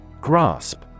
Grasp